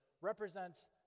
represents